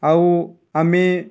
ଆଉ ଆମେ